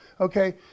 Okay